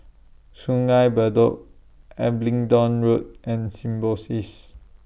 Sungei Bedok Abingdon Road and Symbiosis